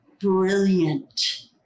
brilliant